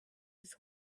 his